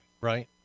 right